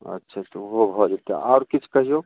अच्छे तऽ ओहो भऽ जयतै आओर किछु कहियौ